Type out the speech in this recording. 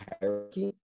hierarchy